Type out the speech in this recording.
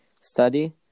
study